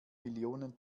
millionen